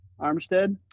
Armstead